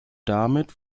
damit